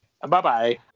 Bye-bye